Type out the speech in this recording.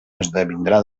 esdevindrà